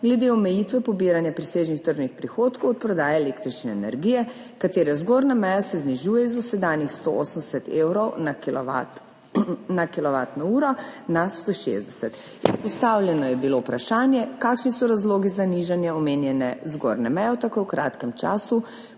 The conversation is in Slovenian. glede omejitve pobiranja presežnih tržnih prihodkov od prodaje električne energije, katere zgornja meja se znižuje iz dosedanjih 180 evrov na kilovatno uro na 160. Izpostavljeno je bilo vprašanje, kakšni so razlogi za nižanje omenjene zgornje meje v tako kratkem času